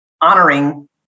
honoring